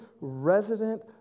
resident